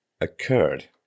occurred